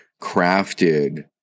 crafted